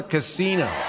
Casino